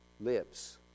lips